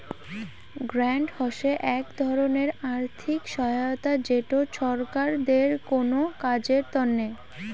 grant হসে এক ধরণের আর্থিক সহায়তা যেটো ছরকার দেয় কোনো কাজের তন্নে